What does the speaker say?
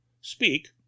Speak